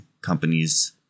companies